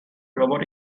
robot